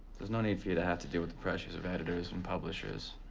is no need for you to have to deal with the pressures of editors and publishers.